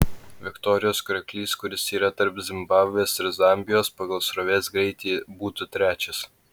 viktorijos krioklys kuris yra tarp zimbabvės ir zambijos pagal srovės greitį būtų trečias